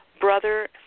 brother